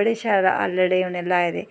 बड़े शैल आलड़े उ'नें लाए दे